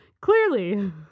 Clearly